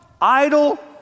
Idle